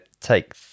take